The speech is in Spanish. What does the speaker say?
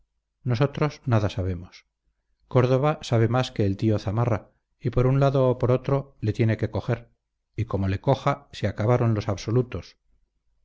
nosotros nada sabemos córdoba sabe más que el tío zamarra y por un lado o por otro le tiene que coger y como le coja se acabaron los asolutos